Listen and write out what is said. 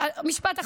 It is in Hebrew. משפט אחרון.